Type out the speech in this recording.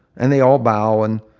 and they all bow. and